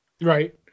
Right